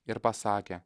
ir pasakė